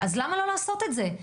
למה לא לעשות את זה?